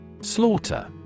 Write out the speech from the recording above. Slaughter